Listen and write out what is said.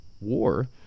war